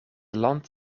land